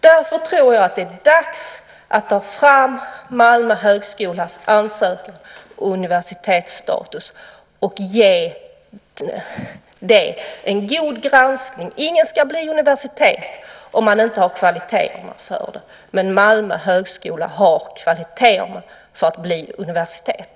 Därför tror jag att det är dags att ta fram Malmö högskolas ansökan om universitetsstatus och ge den en god granskning. Ingen högskola ska bli universitet om högskolan inte har kvaliteterna för det, men Malmö högskola har kvaliteterna för att bli universitet.